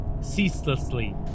ceaselessly